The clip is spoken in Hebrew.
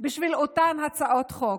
בשביל אותן הצעות חוק.